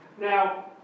Now